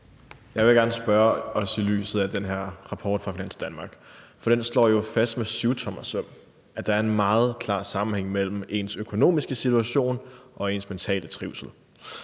jeg gerne stille ministeren et spørgsmål, for den slår jo fast med syvtommersøm, at der er en meget klar sammenhæng mellem ens økonomiske situation og ens mentale trivsel.